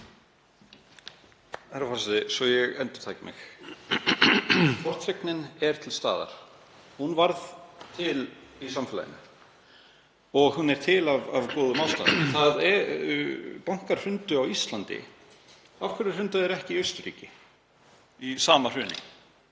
ástæðum, bankar hrundu á Íslandi. Af hverju hrundu þeir ekki í Austurríki í sama hruni,